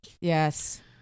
Yes